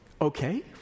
okay